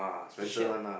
a shirt